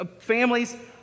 families